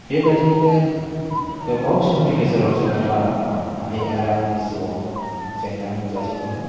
बेबायदियैनो गोबाव समनि गेजराव जोङो नारा नाथा आइ आरो आंनि जिउआव जेंना नुजाथिदोंमोन